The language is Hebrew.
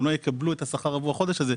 הם לא יקבלו שכר עבור החודש הזה.